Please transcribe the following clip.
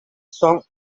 song